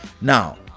Now